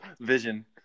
Vision